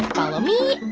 follow me.